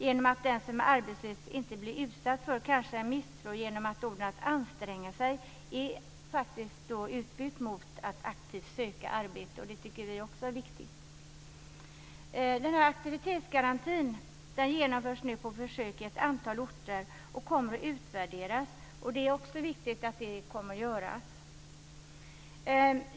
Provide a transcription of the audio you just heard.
Den som är arbetslös blir inte utsatt för kanske en misstro genom att orden "anstränga sig" är utbytta mot "aktivt söka arbete". Det tycker vi också är viktigt. Aktivitetsgarantin genomförs nu på försök i ett antal orter och kommer att utvärderas. Det är viktigt att detta görs.